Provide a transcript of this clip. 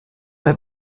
der